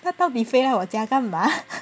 它到底飞来我家干嘛